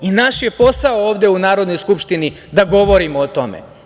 Naš je posao ovde u Narodnoj skupštini da govorimo o tome.